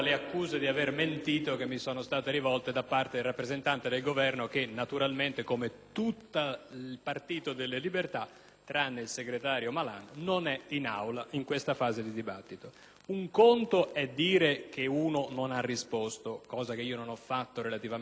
senatore segretario Malan, non è in Aulain questa fase dei lavori. Un conto è dire che una persona non ha risposto, cosa che io non ho fatto relativamente a quanto è stato detto dal Governo in sede di dibattito in Commissione, altro conto è dire che le argomentazioni che sono state portate